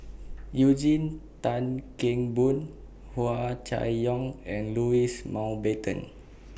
Eugene Tan Kheng Boon Hua Chai Yong and Louis Mountbatten